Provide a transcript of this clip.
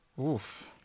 Oof